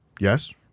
Yes